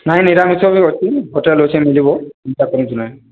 ନାଇଁ ନିରାମିଷ ବି ଅଛି ହୋଟେଲ ଅଛି ମିଳିବ ଚିନ୍ତା କରନ୍ତୁ ନାହିଁ